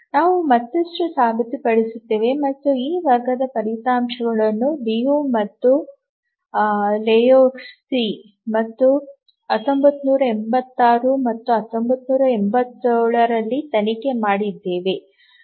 ನಾವು ಮತ್ತಷ್ಟು ಸಾಬೀತುಪಡಿಸುತ್ತೇವೆ ಮತ್ತು ಈ ವರ್ಗದ ಫಲಿತಾಂಶಗಳನ್ನು ಲಿಯು ಮತ್ತು ಲೆಹೋಜ್ಕಿ ಮತ್ತು 1986 ಮತ್ತು 1987 ರಲ್ಲಿ ತನಿಖೆ ಮಾಡಿದ್ದೇವೆ